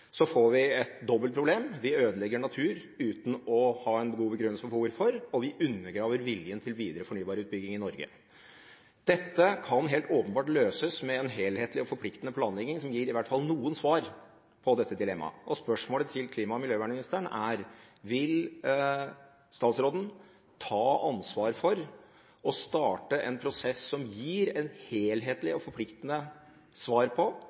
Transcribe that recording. får vi et dobbelt problem: Vi ødelegger natur uten å ha en god begrunnelse for hvorfor, og vi undergraver viljen til videre fornybarutbygging i Norge. Dette kan helt åpenbart løses med en helhetlig og forpliktende planlegging som i hvert fall gir noen svar på dette dilemmaet. Spørsmålet til klima- og miljøvernministeren er: Vil statsråden ta ansvar for å starte en prosess som gir et helhetlig og forpliktende svar på